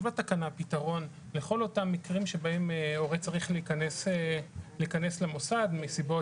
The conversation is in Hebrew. יש בתקנה פתרון לכל אותם מקרים בהם הורה צריך להיכנס למוסד מסיבות